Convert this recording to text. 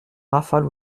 rafale